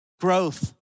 growth